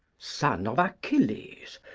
son of achilles,